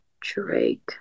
Drake